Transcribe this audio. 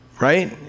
right